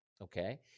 Okay